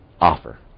offer